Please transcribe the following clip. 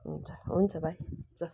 हुन्छ हुन्छ भाइ हुन्छ